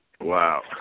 Wow